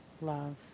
love